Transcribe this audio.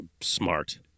smart